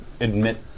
admit